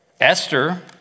Esther